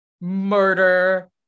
murder